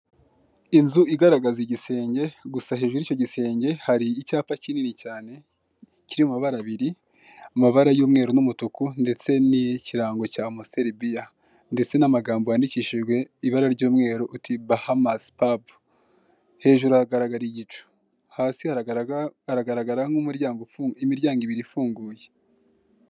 Inzu igaragaza igisenge, gusa hejuru y'icyo gisenge hari icyapa kinini cyane, kiri mabara abiri; amabara y'umweru n'umutuku, ndetse n'ikirango cya amusiteri biya. Ndetse n'amagambo yandikishijwe ibara ry'umweru, uti "Bahamasi pabu". Hejuru hagaragara igicu. Hasi hagaragara nk'imiryango imiryango ibiri ifunguye.